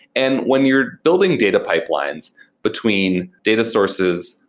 and when you're building data pipelines between data sources,